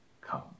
come